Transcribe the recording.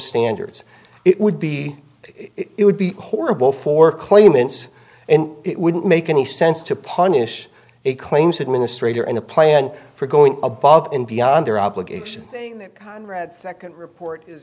standards it would be it would be horrible for claimants and it wouldn't make any sense to punish it claims administrator in the plan for going above and beyond their obligation conrad second report i